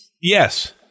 Yes